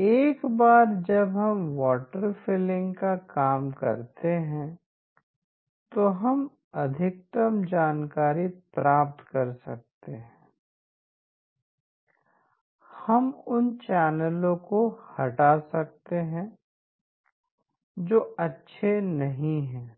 एक बार जब हम वाटर फीलिंग का काम करते हैं तो हम अधिकतम जानकारी प्राप्त कर सकते हैं हम उन चैनलों को हटा सकते हैं जो अच्छे नहीं हैं